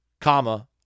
comma